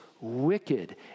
wicked